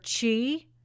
chi